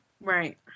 Right